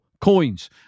coins